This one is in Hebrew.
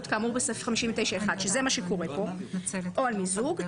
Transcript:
כאמור בסעיף 59(1) זה מה שקורה פה או על מיזוג,